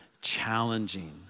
challenging